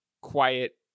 quiet